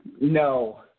No